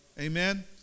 Amen